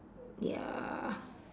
ya